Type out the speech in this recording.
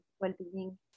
well-being